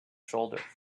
shoulder